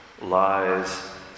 lies